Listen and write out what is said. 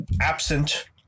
absent